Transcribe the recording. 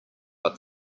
but